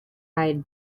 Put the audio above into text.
eyed